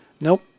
nope